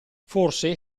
forse